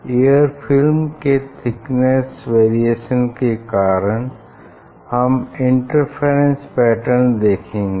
air film के thickness variation के कारण हम इंटरफेरेंस पैटर्न देखेंगे